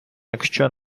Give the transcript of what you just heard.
якщо